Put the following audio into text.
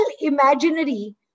imaginary